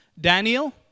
Daniel